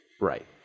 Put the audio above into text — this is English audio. Right